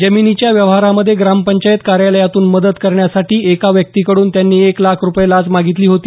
जमिनीच्या व्यवहारामध्ये ग्रामपंचायत कार्यालयातून मदत करण्यासाठी एका व्यक्तीकडून त्यांनी एक लाख रुपये लाच मागितली होती